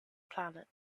planet